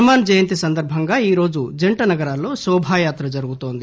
హనుమాన్ జయంతి సందర్బంగా ఈ రోజు జంట నగరాల్లో శోభా యాత్ర జరుగుతోంది